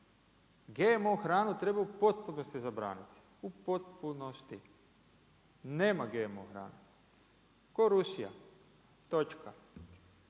GMO hranu treba u potpunosti zabraniti, u potpunosti. Nema GMO hrane. Kao Rusija, točka.